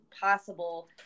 possible